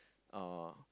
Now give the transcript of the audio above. uh